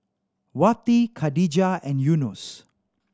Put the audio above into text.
Wati Khadija and Yunos